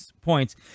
points